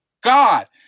God